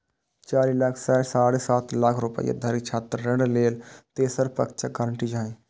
चारि लाख सं साढ़े सात लाख रुपैया धरिक छात्र ऋण लेल तेसर पक्षक गारंटी चाही